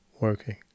working